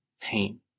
pain